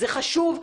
זה חשוב,